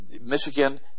Michigan